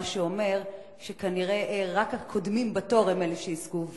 מה שאומר שכנראה רק הקודמים בתור הם אלה שיזכו,